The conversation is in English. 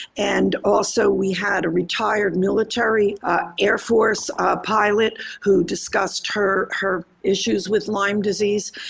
and also, we had a retired military air force pilot who discussed her her issues with lyme disease.